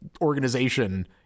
organization